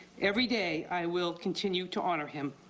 every day i will continue to honor him.